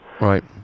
Right